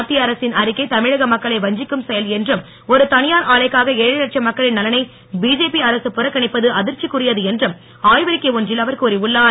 மத்திய அரசின் அறிக்கை தமிழக மக்களை வஞ்சிக்கும் செயல் என்றும் ஒரு தனியார் ஆலைக்காக ஏழரை லட்சம் மக்களின் நலனை பிஜேபி அரசு புறக்கணிப்பது அதிர்ச்சிக்குரியது என்றும் அறிக்கை ஒன்றில் அவர் கூறி உள்ளார்